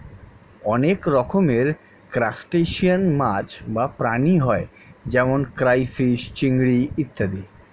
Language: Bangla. অনেক রকমের ক্রাস্টেশিয়ান মাছ বা প্রাণী হয় যেমন ক্রাইফিস, চিংড়ি ইত্যাদি